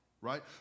right